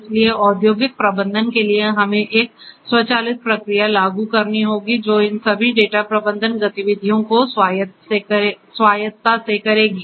इसलिए औद्योगिक प्रबंधन के लिए हमें एक स्वचालित प्रक्रिया लागू करनी होगी जो इन सभी डेटा प्रबंधन गतिविधियों को स्वायत्तता से करेगी